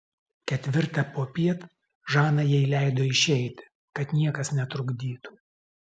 ketvirtą popiet žana jai leido išeiti kad niekas netrukdytų